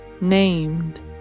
named